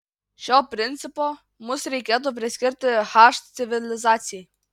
šio principo mus reikėtų priskirti h civilizacijai